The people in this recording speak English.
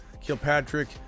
Kilpatrick